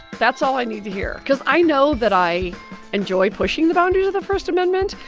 that's all i need to hear. cause i know that i enjoy pushing the boundaries of the first amendment,